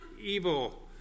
evil